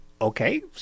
okay